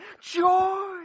Joy